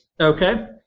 Okay